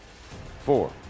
four